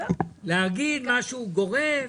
להגיד משהו גורף,